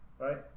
Right